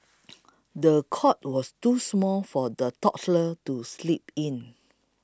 the cot was too small for the toddler to sleep in